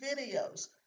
videos